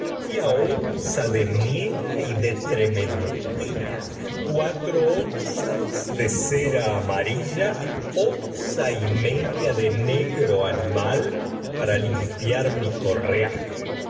media onza de miera y de trementina cuatro onzas de cera amarilla onza y media de negro animal para limpiar mi correaje el